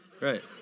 right